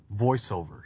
voiceovers